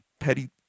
petty